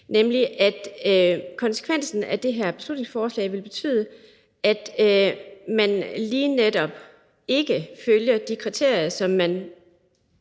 på, for konsekvensen af det her beslutningsforslag vil være, at man lige netop ikke følger de kriterier, som der